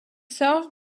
served